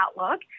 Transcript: outlook